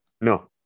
No